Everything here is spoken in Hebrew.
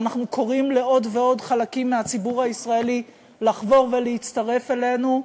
ואנחנו קוראים לעוד ועוד חלקים מהציבור הישראלי לחבור ולהצטרף אלינו,